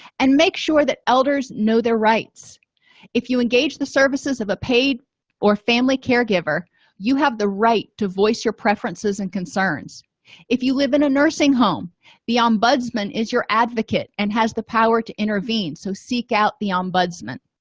and make sure that elders know their rights if you engage the services of a paid or family caregiver you have the right to voice your preferences and concerns if you live in a nursing home be ombudsman is your advocate and has the power to intervene so seek out the ombudsman